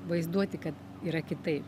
vaizduoti kad yra kitaip